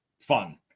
fun